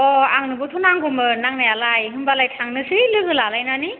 अह आंनोबोथ' नांगौमोन नांनायालाय होमबालाय थांनोसै लोगो लालायनानै